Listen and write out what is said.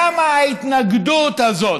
למה ההתנגדות הזאת?